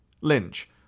Lynch